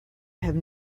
have